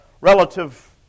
relative